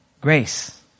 grace